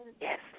Yes